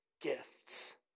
gifts